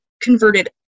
converted